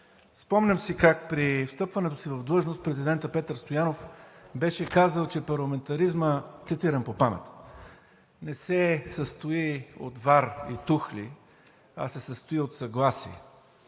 Спомням си как при встъпването си в длъжност президентът Петър Стоянов беше казал, че парламентаризмът – цитирам по памет – не се състои от вар и тухли, а се състои от съгласие.